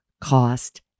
cost